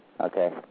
Okay